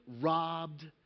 robbed